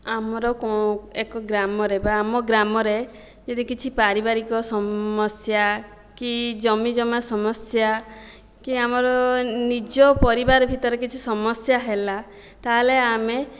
ଆମର ଏକ ଗ୍ରାମରେ ବା ଆମ ଗ୍ରାମରେ ଯଦି କିଛି ପାରିବାରିକ ସମସ୍ୟା କି ଜମିଜମା ସମସ୍ୟା କି ଆମର ନିଜ ପରିବାର ଭିତରେ କିଛି ସମସ୍ୟା ହେଲା ତା'ହେଲେ ଆମେ